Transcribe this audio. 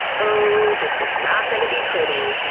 ooh, this is not gonna be pretty.